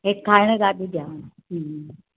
हिकु खाइण बि ॾियांव हम्म